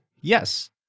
yes